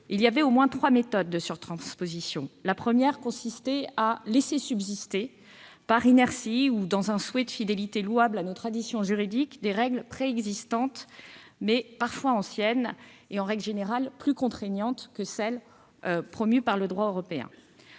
Il y avait au moins trois méthodes de surtransposition. La première consistait à laisser subsister, par inertie ou dans un souhait de fidélité louable à nos traditions juridiques, des règles préexistantes, parfois anciennes, et, en règle générale, plus contraignantes que celles promues par le droit européen.